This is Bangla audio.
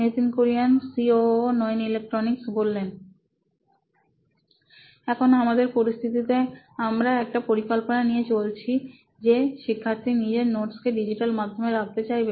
Nitin Kurian C O O electronics এখন আমাদের পরিস্থিতিতে আমরা একটা পরিকল্পনা নিয়ে চলেছি যে শিক্ষার্থী নিজের নোটস কে ডিজিটাল মাধ্যমে রাখতে চাইবে